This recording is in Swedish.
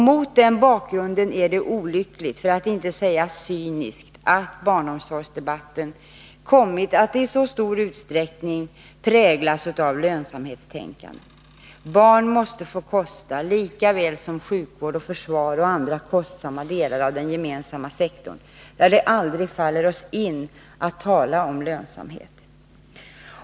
Mot den bakgrunden är det olyckligt, för att inte säga cyniskt, att barnomsorgsdebatten kommit att i så stor utsträckning präglas av lönsam hetstänkande. Barn måste få kosta, lika väl som sjukvård, försvar och andra kostsamma delar av den gemensamma sektorn, där det aldrig faller oss in att tala om lönsamhet.